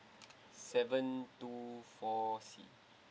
seven two four C